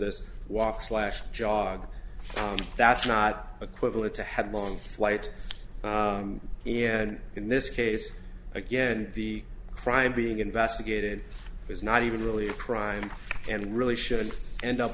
this walk slash jog that's not equivalent to headlong flight and in this case again the crime being investigated is not even really a crime and really should end up